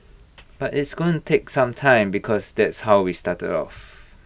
but it's going take some time because that's how we started off